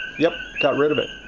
yeah got rid of it.